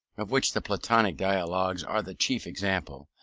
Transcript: of which the platonic dialogues are the chief example,